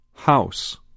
House